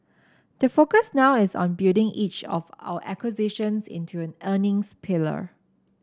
the focus now is on building each of our acquisitions into an earnings pillar